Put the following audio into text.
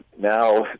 now